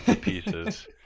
pieces